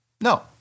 No